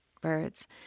birds